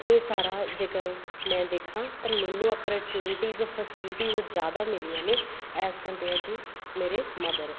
ਇਹ ਸਾਰਾ ਜੇਕਰ ਮੈਂ ਦੇਖਾਂ ਤਾਂ ਮੈਨੂੰ ਓਪਰਚੂਨਿਟੀਜ਼ ਫੈਸਿਲਿਟੀਜ਼ ਜ਼ਿਆਦਾ ਮਿਲੀਆਂ ਨੇ ਐਸ ਕੰਪੇਅਰ ਟੂ ਮੇਰੇ ਮਦਰ